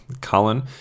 Colin